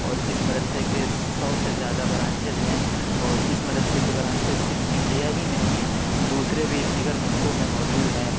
اور اِس مدرسے کے سو سے زیادہ برانچیز ہیں اور اِس مدرسے کے برانچیز صرف انڈیا ہی میں نہیں دوسرے بھی دیگر ملکوں میں موجود ہیں